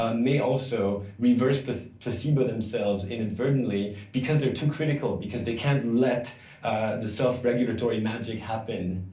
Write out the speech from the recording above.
ah may also reverse placebo themselves inadvertently, because they're too critical because they can't let the self regulatory magic happen.